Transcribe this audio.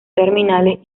terminales